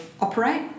operate